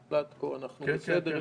לטקו, אנחנו בסדר?